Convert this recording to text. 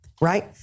right